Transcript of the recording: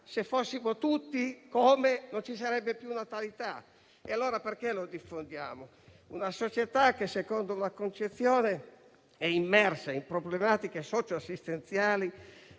Se fossimo tutti così, non ci sarebbe più natalità. E allora perché la difendiamo? Una società simile, secondo la vostra concezione, è immersa in problematiche socioassistenziali,